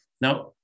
Now